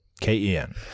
K-E-N